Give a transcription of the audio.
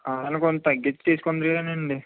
అవును కొంచెం తగ్గించి తీసుకుందురు కానండి